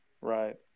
right